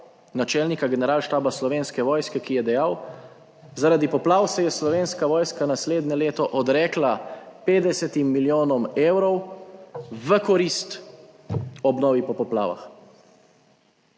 načelnika Generalštaba Slovenske vojske, ki je dejal: »Zaradi poplav se je Slovenska vojska naslednje leto odrekla 50 milijonom evrov v korist obnovi po poplavah.«